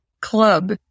club